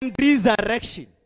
resurrection